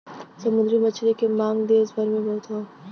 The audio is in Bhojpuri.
समुंदरी मछली के मांग देस भर में बहुत हौ